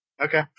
Okay